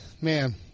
man